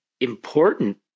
important